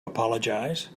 apologize